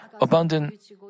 abundant